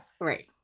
Right